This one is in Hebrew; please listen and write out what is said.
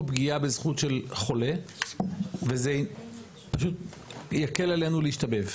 פגיעה בזכות של החולה וזה יקל עלינו להשתבב.